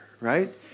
right